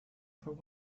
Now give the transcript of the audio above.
for